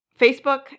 Facebook